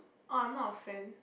oh I'm not a fan